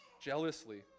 jealously